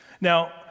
Now